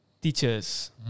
teachers